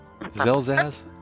Zelzaz